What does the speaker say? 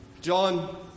John